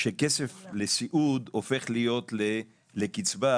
שכסף לסיעוד הופך להיות לקצבה,